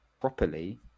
properly